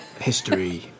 History